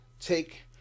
take